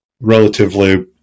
relatively